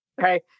Okay